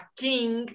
king